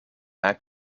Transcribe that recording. act